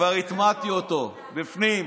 כבר הטמעתי אותו בפנים.